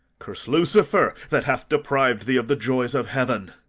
curse lucifer that hath depriv'd thee of the joys of heaven.